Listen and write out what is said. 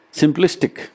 simplistic